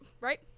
right